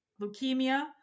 leukemia